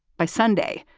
by sunday,